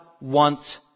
wants